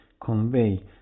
convey